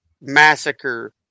massacre